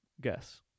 Guess